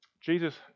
Jesus